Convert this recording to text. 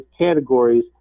categories